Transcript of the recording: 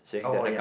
oh ya